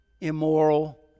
immoral